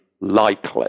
likely